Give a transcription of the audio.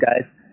guys